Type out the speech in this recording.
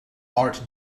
art